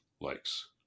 likes